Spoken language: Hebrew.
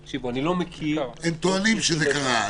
תקשיבו, אני לא מכיר --- הם טוענים שזה קרה.